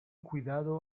cuidado